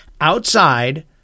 outside